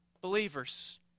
Believers